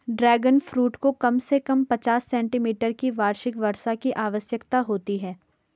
dragon fruit को कम से कम पचास सेंटीमीटर की वार्षिक वर्षा की आवश्यकता होती है